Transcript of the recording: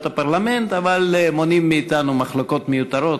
הפרלמנט אבל מונעים מאתנו מחלוקות מיותרות.